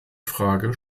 frage